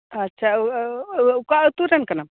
ᱟᱪᱪᱷᱟ ᱚᱠᱟ ᱟᱹᱛᱩᱨᱮᱱ ᱠᱟᱱᱟᱢ